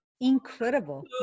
Incredible